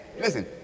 Listen